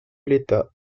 l’état